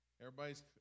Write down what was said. Everybody's